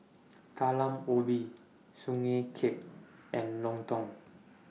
Talam Ubi Sugee Cake and Lontong